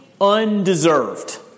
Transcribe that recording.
undeserved